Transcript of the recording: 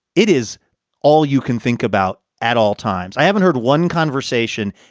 it is all you can think about at all times. i haven't heard one conversation.